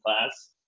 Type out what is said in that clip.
class